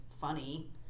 funny